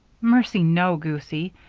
mercy no, goosie,